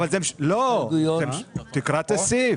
לא, תקרא את הסעיף.